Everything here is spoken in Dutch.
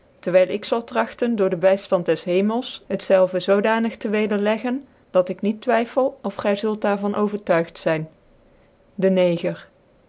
terwyl ik zal tragten door de byftand des hemels het zelve zoodaanig te wederleggen dat ik niet twyffcl of gy zult daar yan overtuigt zyn dc neger